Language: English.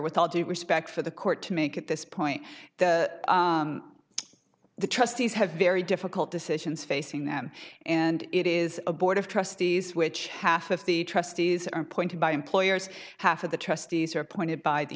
with all due respect for the court to make at this point the trustees have very difficult decisions facing them and it is a board of trustees which half of the trustees are appointed by employers half of the trustees are appointed by the